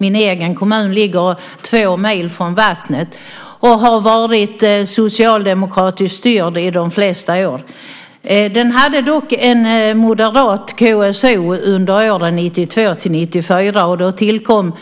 Min egen hemkommun ligger två mil från vattnet och har varit socialdemokratiskt styrd i de flesta år. Den hade dock en moderat kommunstyrelseordförande under åren 1992-1994, och då tillkom